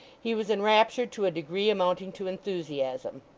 he was enraptured to a degree amounting to enthusiasm.